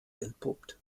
entpuppt